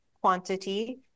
quantity